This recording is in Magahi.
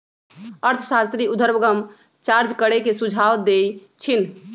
अर्थशास्त्री उर्ध्वगम चार्ज करे के सुझाव देइ छिन्ह